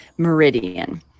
meridian